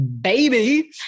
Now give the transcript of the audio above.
baby